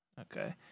Okay